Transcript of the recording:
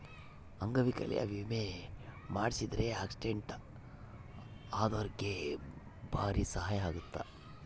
ಅಂಗವೈಕಲ್ಯ ವಿಮೆ ಮಾಡ್ಸಿದ್ರ ಆಕ್ಸಿಡೆಂಟ್ ಅದೊರ್ಗೆ ಬಾರಿ ಸಹಾಯ ಅಗುತ್ತ